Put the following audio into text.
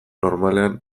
normalean